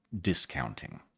discounting